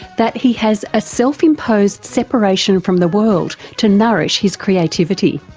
that he has a self-imposed separation from the world to nourish his creativity.